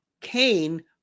cain